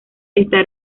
está